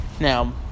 Now